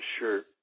shirt